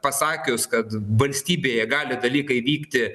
pasakius kad valstybėje gali dalykai vykti